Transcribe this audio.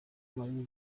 marie